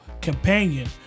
companion